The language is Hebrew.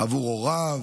עבור הוריו,